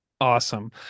awesome